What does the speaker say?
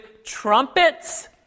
trumpets